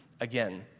again